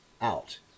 out